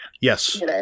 Yes